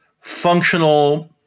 functional